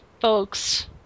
folks